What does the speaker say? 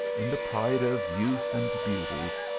in the pride of youth and beauty,